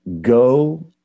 go